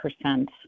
percent